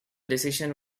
decision